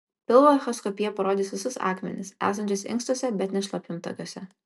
pilvo echoskopija parodys visus akmenis esančius inkstuose bet ne šlapimtakiuose